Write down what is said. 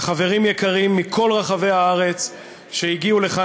חברים יקרים מכל רחבי הארץ שהגיעו לכאן,